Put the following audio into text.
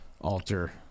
alter